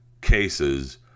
cases